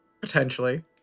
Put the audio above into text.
potentially